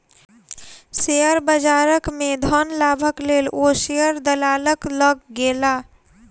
share बजार में धन लाभक लेल ओ शेयर दलालक लग गेला